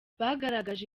bagaragaje